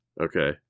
Okay